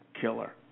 killer